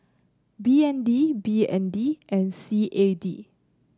B N D B N D and C A D